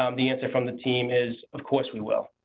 um the answer from the team is, of course, we will.